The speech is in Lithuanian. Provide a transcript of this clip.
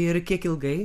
ir kiek ilgai